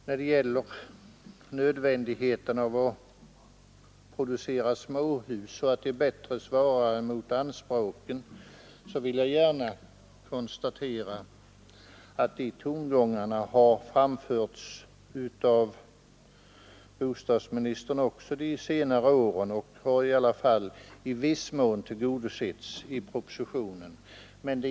När det gäller nödvändigheten av att producera småhus så att tillgången på sådana bättre svarar mot anspråken så vill jag gärna nämna att de tongångarna har framförts av bostadsministern också de senare åren och att det önskemålet i varje fall i viss mån tillgodosetts i propositionen.